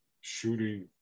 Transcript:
Shooting